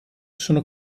sono